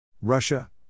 Russia